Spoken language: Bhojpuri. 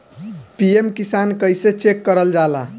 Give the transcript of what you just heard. पी.एम किसान कइसे चेक करल जाला?